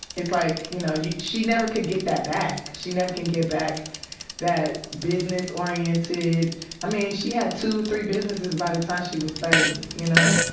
it's like, you know, she never could get that back. she never can get back that business-oriented i mean, she had two, three businesses by the time she was thirty, you know?